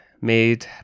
made